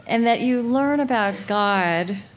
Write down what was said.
and that you learn about god,